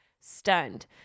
stunned